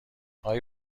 آقای